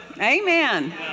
Amen